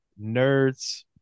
Nerds